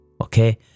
Okay